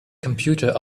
computer